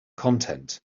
content